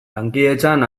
lankidetzan